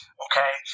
okay